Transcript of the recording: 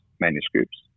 manuscripts